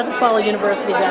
follow university yeah